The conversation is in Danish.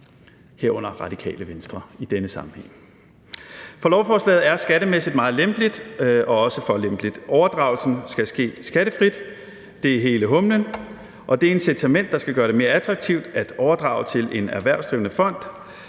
herunder Radikale Venstre i denne sammenhæng. For lovforslaget er skattemæssigt meget lempeligt og også for lempeligt; overdragelsen skal ske skattefrit. Det er hele humlen, og det er et incitament, der skal gøre det mere attraktivt at overdrage til en erhvervsdrivende fond.